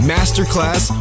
Masterclass